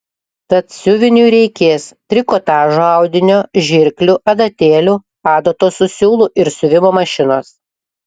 tad siuviniui reikės trikotažo audinio žirklių adatėlių adatos su siūlu ir siuvimo mašinos